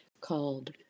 called